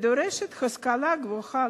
הדורשת השכלה גבוהה